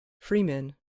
freemen